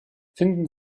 finden